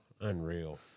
Unreal